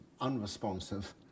unresponsive